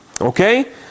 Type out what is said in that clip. okay